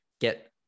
get